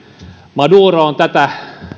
maduro on tätä